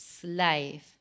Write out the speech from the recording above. slave